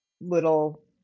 little